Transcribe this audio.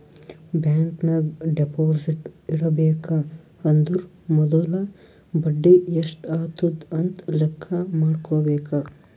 bank ನಾಗ್ deposit ಇಡಬೇಕ ಅಂದುರ್ ಮೊದುಲ ಬಡಿ ಎಸ್ಟ್ ಆತುದ್ ಅಂತ್ ಲೆಕ್ಕಾ ಮಾಡ್ಕೋಬೇಕ